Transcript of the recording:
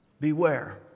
Beware